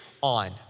on